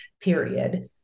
period